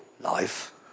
life